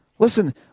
Listen